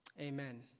amen